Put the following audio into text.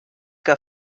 que